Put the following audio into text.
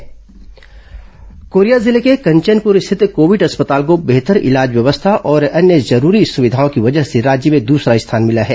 corona समाचार कोरिया जिले के कंचनपुर स्थित कोविड अस्पताल को बेहतर इलाज व्यवस्था और अन्य जरूरी सुविधाओं की वजह से राज्य में दूसरा स्थान मिला है